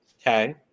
Okay